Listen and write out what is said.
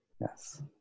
Yes